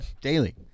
Daily